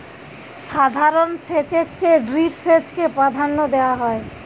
সাধারণ সেচের চেয়ে ড্রিপ সেচকে প্রাধান্য দেওয়া হয়